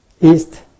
east